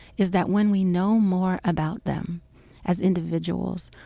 is that when we know more about them as individuals,